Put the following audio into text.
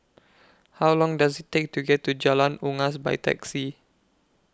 How Long Does IT Take to get to Jalan Unggas By Taxi